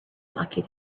lucky